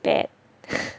bad